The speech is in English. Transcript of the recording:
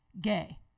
gay